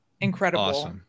incredible